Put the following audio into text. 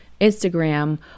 Instagram